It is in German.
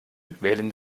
wählen